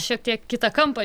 šiek tiek kitą kampą